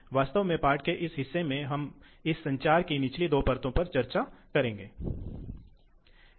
यह वास्तव में एक ऑपरेटिंग बिंदु स्थापित करते हैं जब आप एक बैटरी को सर्किट या लोड से जोड़ते हैं